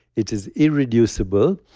it is irreducible.